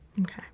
Okay